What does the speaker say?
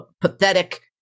pathetic